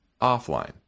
offline